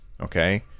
Okay